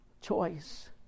choice